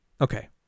Okay